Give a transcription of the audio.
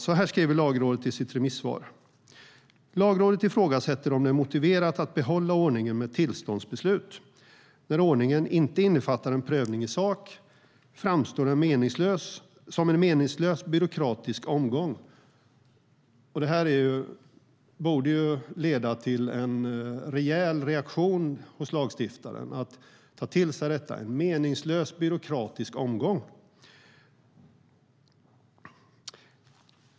Så här skriver Lagrådet i sitt remissvar: "Lagrådet ifrågasätter om det är motiverat att behålla ordningen med tillståndsbeslut. När ordningen inte innefattar en prövning i sak framstår den som en meningslös byråkratisk omgång." Det här borde leda till en rejäl reaktion hos lagstiftaren - en meningslös byråkratisk omgång.